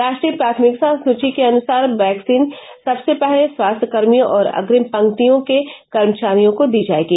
राष्ट्रीय प्राथमिकता सूची के अनुसार वैक्सीन सबसे पहले स्वास्थ्य कर्मियों और अग्रिम पंक्तियों के कर्मचारियों को दी जाएगी